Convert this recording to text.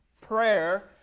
prayer